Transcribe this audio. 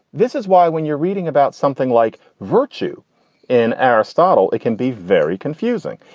this is why when you're reading about something like virtue in aristotle, it can be very confusing.